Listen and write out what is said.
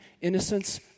innocence